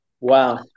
Wow